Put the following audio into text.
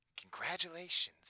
Congratulations